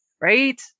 Right